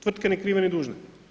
Tvrtke ni krive ni dužne.